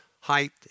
height